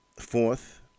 fourth